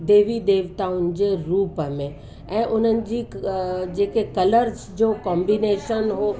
देवी देवताउनि जे रूप में ऐं उन्हनि जी जेके कलर्स जो कॉम्बिनेशन हो